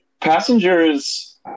Passengers